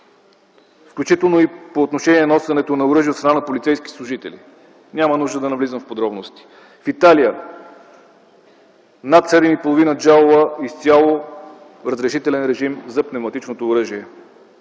включително и по отношение на носенето на оръжие от страна на полицейски служители. Няма нужда да навлизам в подробности. В Италия – над 7,5 джаула изцяло разрешителен режим за пневматичното оръжие.